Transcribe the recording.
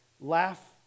laugh